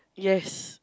yes